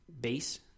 base